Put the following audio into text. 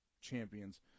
champions